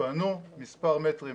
התפנו מספר מטרים.